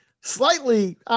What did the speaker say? slightly